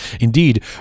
Indeed